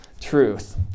truth